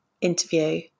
interview